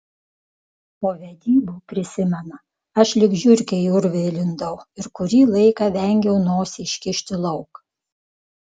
po vedybų prisimena aš lyg žiurkė į urvą įlindau ir kurį laiką vengiau nosį iškišti lauk